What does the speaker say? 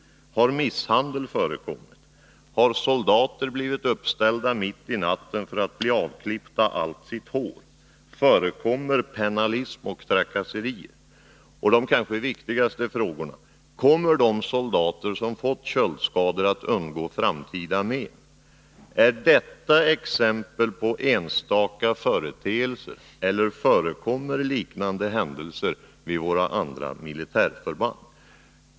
Har misshandel förekommit? Har soldater måst ställa upp mitt i natten för att få sitt hår avklippt? Förekommer pennalism och trakasserier? Och de kanske viktigaste frågorna: Kommer de soldater som fått köldskador att undgå framtida men? Är detta enstaka företeelser, eller förekommer liknande saker vid våra andra militärförband?